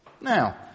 Now